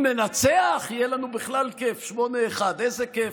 ואם ננצח, יהיה לנו בכלל כיף, 1:8. איזה כיף.